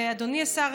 ואדוני השר,